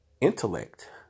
intellect